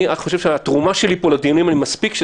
אני חושב שהתרומה שלי פה לדיונים מספיקה,